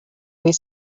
where